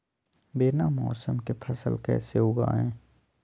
बिना मौसम के फसल कैसे उगाएं?